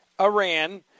Iran